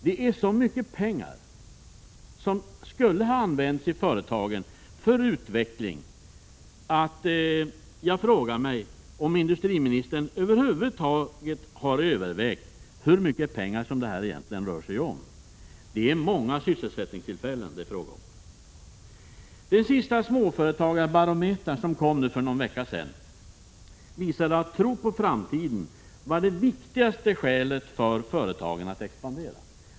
Det är så mycket pengar som skulle ha använts i företagen för utveckling, att jag frågar mig om industriministern över huvud taget har övervägt hur stora summor det rör sig om. Det är väldigt många sysselsättningstillfällen som det är fråga om. Den senaste småföretagarbarometern, som kom för någon vecka sedan, visar att tro på framtiden är det viktigaste skälet för företagen att expandera.